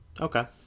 Okay